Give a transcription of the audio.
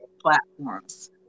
platforms